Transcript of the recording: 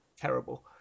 terrible